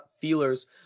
feelers